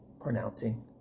pronouncing